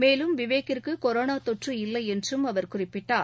மேலும் விவேக்கிற்கு கொரோனா தொற்று இல்லை என்றும் அவர் குறிப்பிட்டார்